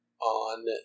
on